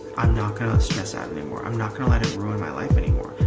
i'm not gonna stress out anymore, i'm not gonna let it ruin my life anymore,